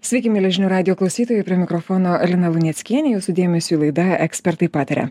sveiki mieli žinių radijo klausytojai prie mikrofono lina luneckienė jūsų dėmesiui laida ekspertai pataria